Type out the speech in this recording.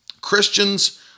Christians